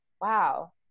wow